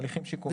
הליכי שיקום.